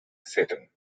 seton